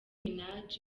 minaj